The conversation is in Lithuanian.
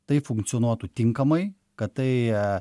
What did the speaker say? tai funkcionuotų tinkamai kad tai